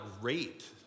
great